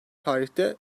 tarihte